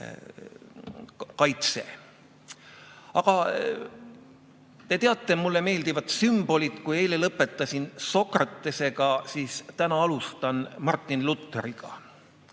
kaitse. Aga te teate, et mulle meeldivad sümbolid. Kui eile lõpetasin Sokratesega, siis täna alustan Martin Lutheriga.